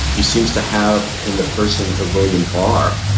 he seems to have in the person of william barr,